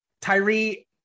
Tyree